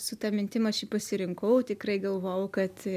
su ta mintim aš pasirinkau tikrai galvojau kad